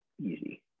easy